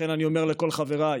לכן אני אומר לכל חבריי: